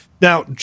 Now